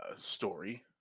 story